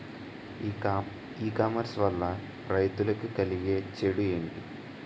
ఈ కామర్స్ వలన రైతులకి కలిగే చెడు ఎంటి?